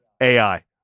AI